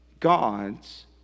God's